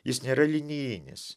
jis nėra linijinis